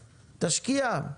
תשקיע.